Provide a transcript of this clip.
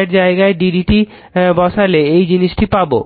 এর জায়গায় d dt বসালে একই জিনিস পাবো